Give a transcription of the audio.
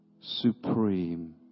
supreme